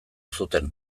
zuten